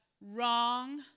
Wrong